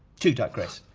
to digress,